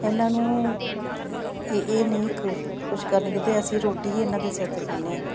ਇਹਨਾਂ ਨੂੰ ਇ ਇਹ ਨਹੀਂ ਕ ਕੁਛ ਕਰਨਗੇ ਤਾਂ ਅਸੀਂ ਰੋਟੀ ਇਹਨਾਂ ਦੇ ਸਿਰ 'ਤੇ ਖਾਂਦੇ ਹਾਂ